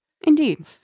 Indeed